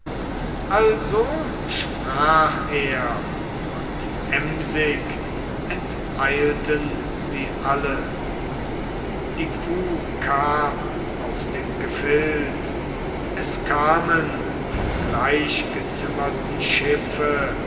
also sprach er und emsig enteilten sie alle die kuh kam aus dem gefild es kamen vom gleichgezimmerten schiffe